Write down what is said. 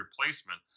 replacement